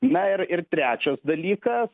na ir ir trečias dalykas